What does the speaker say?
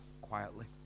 quietly